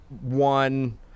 one